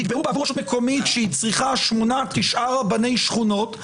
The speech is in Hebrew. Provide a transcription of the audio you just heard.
תקבעו בעבור רשות מקומית שהיא צריכה שמונה-תשעה רבני שכונות,